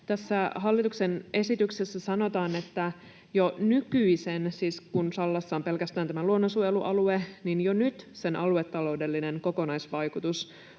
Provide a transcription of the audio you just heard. Tässä hallituksen esityksessä sanotaan, että jo nyt, kun Sallassa on pelkästään tämä nykyinen luonnonsuojelualue, sen aluetaloudellinen kokonaisvaikutus